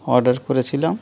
order করেছিলাম